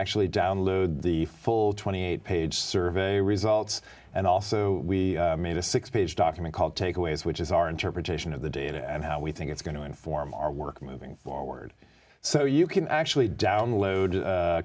actually download the full twenty eight page survey results and also we made a six page document called takeaways which is our interpretation of the data and how we think it's going to inform our work moving forward so you can actually download a